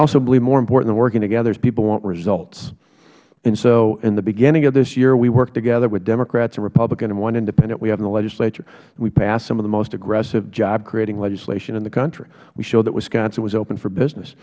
also believe more important than working together is people want results so in the beginning of this year we worked together with democrats and republicans and one independent we have in the legislature we passed the most aggressive job creating legislation in the country we showed that wisconsin was open for business